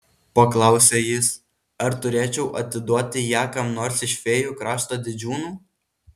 paklausė jis ar turėčiau atiduoti ją kam nors iš fėjų krašto didžiūnų